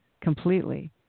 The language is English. completely